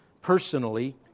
personally